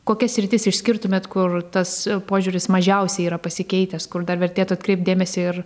kokias sritis išskirtumėt kur tas požiūris mažiausiai yra pasikeitęs kur dar vertėtų atkreipt dėmesį ir